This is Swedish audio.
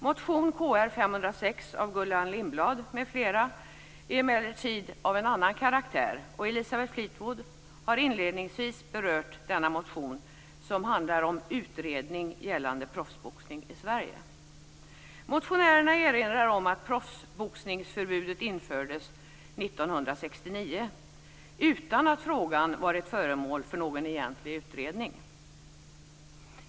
Motion Kr506 av Gullan Lindblad m.fl. är emellertid av en annan karaktär. Elisabeth Fleetwood har inledningsvis berört denna motion, som handlar om utredning gällande proffsboxning i Sverige. Motionärerna erinrar om att proffsboxningsförbudet infördes 1969 utan att frågan varit föremål för någon egentlig utredning.